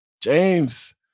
James